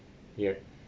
ya